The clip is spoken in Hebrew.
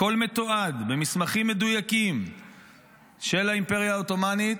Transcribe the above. הכול מתועד במסמכים מדויקים של האימפריה העות'מאנית,